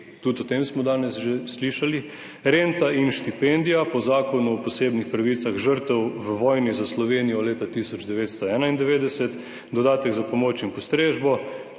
tudi o tem smo danes že slišali, renta in štipendija po Zakonu o posebnih pravicah žrtev v vojni za Slovenijo leta 1991, dodatek za pomoč in postrežbo,